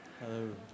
Hello